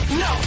no